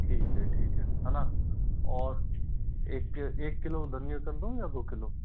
ठीक है ठीक है है ना और एक एक किलो धनिया कर दूँ या दो किलो